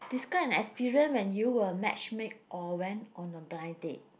describe an experience when you were match mate or went on a blind date